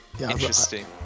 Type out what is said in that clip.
Interesting